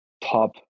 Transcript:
top